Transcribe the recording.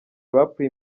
bapfuye